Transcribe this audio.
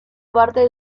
parte